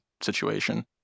situation